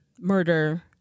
murder